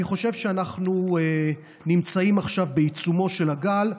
אני חושב שאנחנו נמצאים עכשיו בעיצומו של הגל,